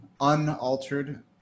unaltered